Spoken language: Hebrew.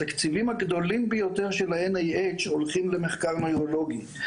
התקציבים הגדולים ביותר של ה-NIH הולכים למחקר נוירולוגי.